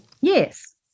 Yes